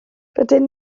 rydyn